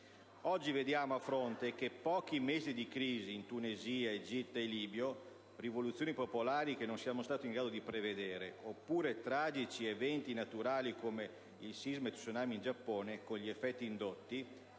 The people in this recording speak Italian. vediamo che pochi mesi di crisi in Tunisia, Egitto e Libia, rivoluzioni popolari che non siamo stato in grado di prevedere, oppure tragici eventi naturali come il sisma e lo tsunami in Giappone con gli effetti indotti,